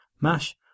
mash